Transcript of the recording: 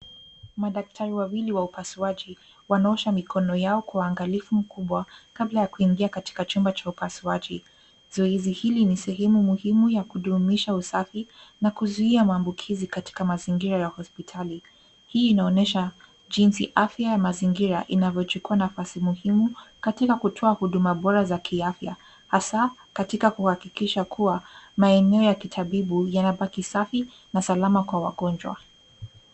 Madaktari wawili wa upasuaji wanaosha mikono yao kwa uangalifu mkubwa kabla ya kuingia katika chumba cha upasuaji. Zoezi hili ni sehemu muhimu ya kudumisha usafi na kuzuia maambukizi katika mazingira ya hospitali. Hii inaonyesha jinsi afya ya mazingira inavyochukua nafasi muhimu katika kutoa huduma bora za kiafya hasa katika kuhakikisha kuwa maeneo ya kitabibu yanabaki safi na salama kwa wagonjwa.